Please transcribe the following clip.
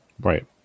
right